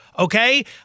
Okay